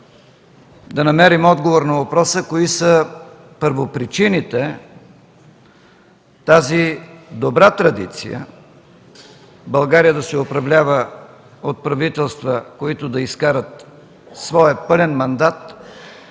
да намерим отговор на въпроса: кои са първопричините тази добра традиция България да се управлява от правителства, които да изкарат своя пълен мандат,